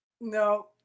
no